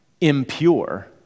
impure